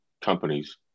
companies